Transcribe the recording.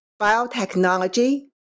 biotechnology